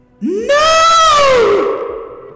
No